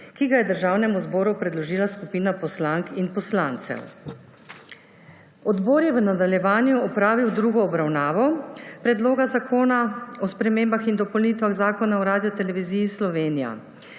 ki ga je Državnemu zboru predložila skupina poslank in poslancev. Odbor je v nadaljevanju opravil drugo obravnavo Predloga zakona o spremembah in dopolnitvah Zakona o Radioteleviziji Slovenija.